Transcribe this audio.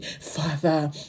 Father